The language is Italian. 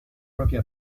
propria